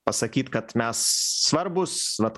pasakyt kad mes svarbūs vat